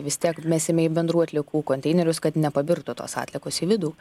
vis tiek mesime į bendrų atliekų konteinerius kad nepabirtų tos atliekos į vidų